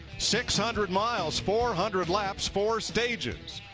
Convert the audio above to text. six hundred miles, four hundred laps, four stages